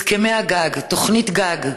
הסכמי הגג, תוכנית גג,